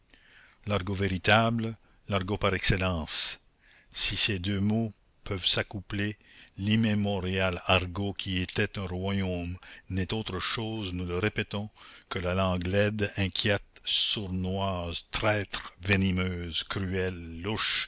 l'argot véritable l'argot par excellence si ces deux mots peuvent s'accoupler l'immémorial argot qui était un royaume n'est autre chose nous le répétons que la langue laide inquiète sournoise traître venimeuse cruelle louche